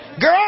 Girl